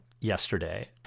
yesterday